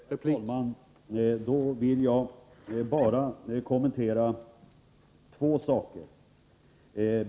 Herr talman! Då vill jag bara kommentera två saker.